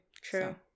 True